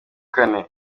kane